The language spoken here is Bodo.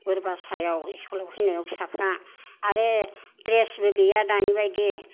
गुरुभाषायाव स्कुल आव फैनायाव फिसाफ्रा आरो द्रेस गैया दानि बायदि